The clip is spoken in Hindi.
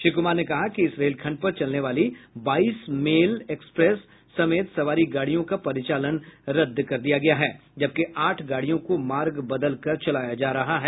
श्री कुमार ने कहा कि इस रेलखंड पर चलने वाली बाईस मेल और एक्सप्रेस समेत सवारी गाड़ियों का परिचालन रद्द कर दिया गया है जबकि आठ गाड़ियों को मार्ग बदल कर चलाया जा रहा है